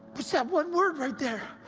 he said one word, right there!